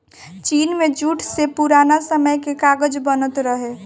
चीन में जूट से पुरान समय में कागज बनत रहे